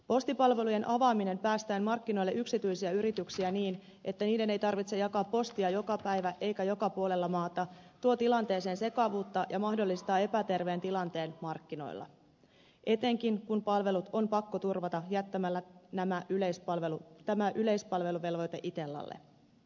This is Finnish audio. postipalvelujen avaaminen päästäen markkinoille yksityisiä yrityksiä niin että niiden ei tarvitse jakaa postia joka päivä eikä joka puolella maata tuo tilanteeseen sekavuutta ja mahdollistaa epäterveen tilanteen markkinoilla etenkin kun palvelut on pakko turvata jättämällä tämä yleispalveluvelvoite itellalle